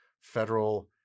federal